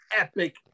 epic